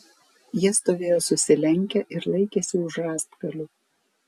jie stovėjo susilenkę ir laikėsi už rąstgalių